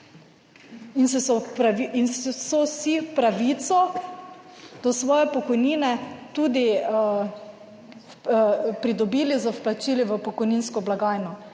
in so si pravi do svoje pokojnine tudi pridobili z vplačili v pokojninsko blagajno